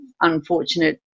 unfortunate